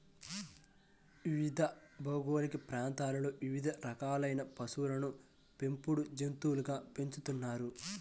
వివిధ భౌగోళిక ప్రాంతాలలో వివిధ రకాలైన పశువులను పెంపుడు జంతువులుగా పెంచుతున్నారు